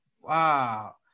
Wow